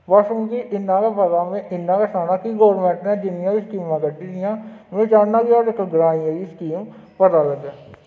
बस मिगी इ'न्ना गै पता में इ'न्ना गै सनाना कि गौरमेंट ने जि'न्नियां बी स्कीमां कड्ढी दियां न में चाह्न्नां कि ग्रांऽ आह्लें गी एह् स्कीम पता लग्गै